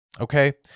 okay